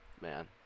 man